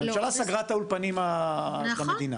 הממשלה סגרה את האולפנים של המדינה